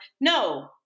No